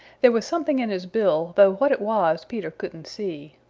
there was something in his bill, though what it was peter couldn't see.